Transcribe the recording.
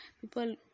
people